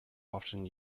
often